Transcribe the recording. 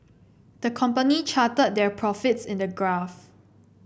the company charted their profits in a graph